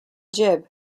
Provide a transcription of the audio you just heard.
jib